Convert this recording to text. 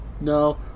No